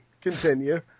continue